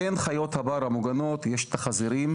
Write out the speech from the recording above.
בין חיות הבר המוגנות יש את החזירים